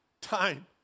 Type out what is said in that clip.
time